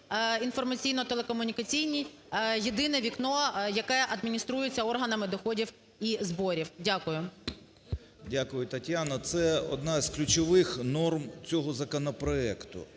інформаційно-телекомунікаційній, "єдине вікно", яке адмініструється органами доходів і зборів. Дякую. 12:50:43 КРИШИН О.Ю. Дякую, Тетяно. Це одна з ключових норм цього законопроекту.